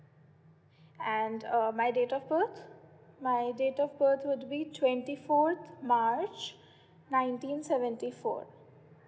and uh my date of birth my date of birth would be twenty fourth march nineteen seventy four